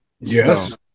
yes